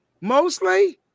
mostly